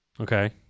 Okay